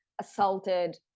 assaulted